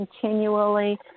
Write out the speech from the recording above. continually